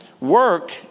Work